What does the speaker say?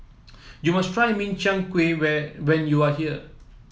you must try Min Chiang Kueh when when you are here